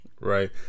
Right